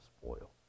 spoil